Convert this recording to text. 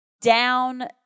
down